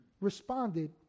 responded